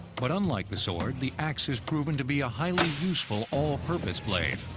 but, unlike the sword, the axe has proven to be a highly useful all-purpose blade.